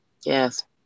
Yes